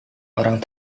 orang